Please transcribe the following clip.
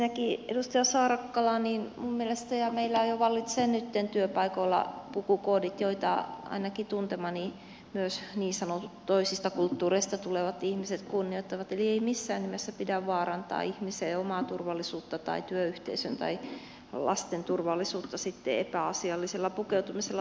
ensinnäkin edustaja saarakkala minun mielestäni meillä vallitsevat jo nytten työpaikoilla pukukoodit joita ainakin tuntemani myös niin sanotut toisista kulttuureista tulevat ihmiset kunnioittavat eli ei missään nimessä pidä vaarantaa ihmisiä ja omaa turvallisuutta tai työyhteisön tai lasten turvallisuutta epäasiallisella pukeutumisella työpaikoilla